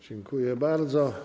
Dziękuję bardzo.